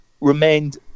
remained